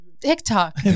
TikTok